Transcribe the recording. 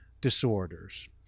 disorders